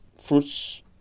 fruits